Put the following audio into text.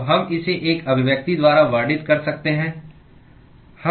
तो हम इसे एक अभिव्यक्ति द्वारा वर्णित कर सकते हैं